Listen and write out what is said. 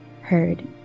heard